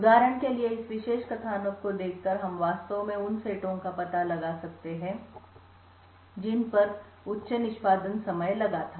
उदाहरण के लिए इस विशेष कथानक को देखकर हम वास्तव में उन सेटों का पता लगा सकते हैं जिन पर उच्च निष्पादन समय लगा था